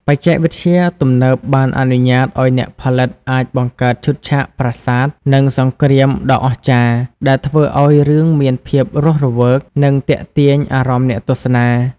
បច្ចេកវិទ្យាទំនើបបានអនុញ្ញាតឲ្យអ្នកផលិតអាចបង្កើតឈុតឆាកប្រាសាទ និងសង្រ្គាមដ៏អស្ចារ្យ ដែលធ្វើឲ្យរឿងមានភាពរស់រវើក និងទាក់ទាញអារម្មណ៍អ្នកទស្សនា។